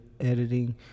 editing